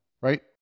right